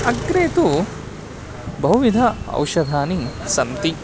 अग्रे तु बहुविधानि औषधानि सन्ति